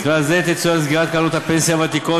בכלל זה תצוין סגירת קרנות הפנסיה הוותיקות